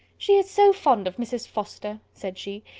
she is so fond of mrs. forster, said she,